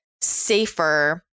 safer